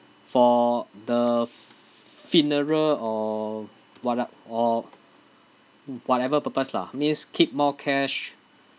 for the funeral or whatnot or whatever purpose lah means keep more cash